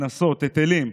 קנסות והיטלים.